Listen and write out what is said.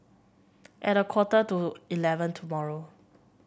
at a quarter to eleven tomorrow